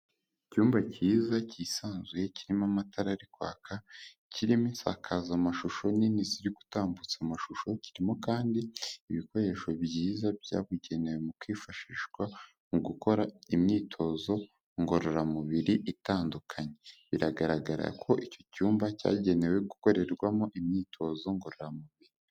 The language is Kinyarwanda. Icyumba cyiza cyisanzuye kirimo amatara ari kwaka, kirimo insakazamashusho nini ziri gutambutsa amashusho, kirimo kandi ibikoresho byiza byabugenewe mu kwifashishwa mu gukora imyitozo ngororamubiri itandukanye, biragaragara ko icyo cyumba cyagenewe gukorerwamo imyitozo ngororamubiri.